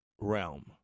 realm